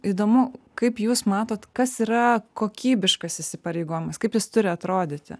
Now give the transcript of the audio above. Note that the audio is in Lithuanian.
įdomu kaip jūs matot kas yra kokybiškas įsipareigojimas kaip jis turi atrodyti